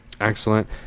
Excellent